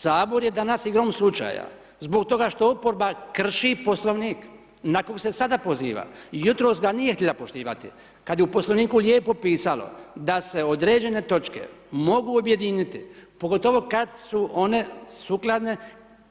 Sabor je danas igrom slučaja zbog toga što oporba krši Poslovnik na koji se sada poziva i jutros ga nije htjela poštivati kada je u Poslovniku lijepo pisalo da se određene točke mogu objediniti, pogotovo kada su one sukladne